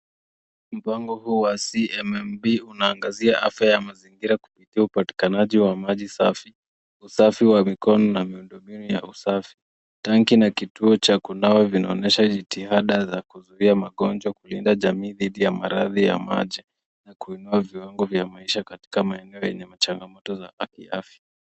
Mpango huu wa CMMB unaangazia afya ya mazingira zikiwa upatikanaji wa maji safi, usafi wa mikono na miundombinu ya usafi. Tanki na kituo cha kunawa vinaonyesha jitihada za kuzuia magonjwa, kulinda jamii dhidi ya maradhi ya maji na kuinua viwango vya maisha katika maeneo yenye changamoto za kiafya.